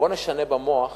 בוא נשנה במוח